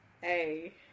Hey